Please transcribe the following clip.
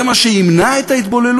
זה מה שימנע את ההתבוללות